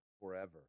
forever